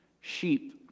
sheep